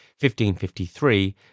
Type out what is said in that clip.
1553